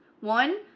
One